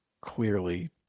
clearly